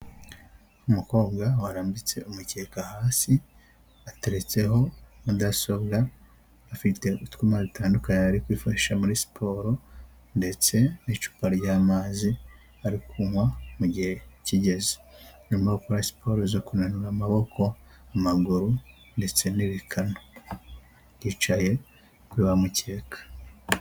Umukobwa warambitse umukeka hasi ateretseho mudasobwa, afite utwama dutandukanye ari kwifashe muri siporo ndetse n'icupa ry'amazi ari kunywa mu gihe kigeze, nyuma yo gukora siporo zo kunanura amaboko amaguru ndetse n'ibikanu, yicaye kuri wa mukeka.